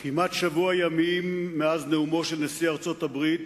כמעט שבוע ימים מאז נאומו של נשיא ארצות-הברית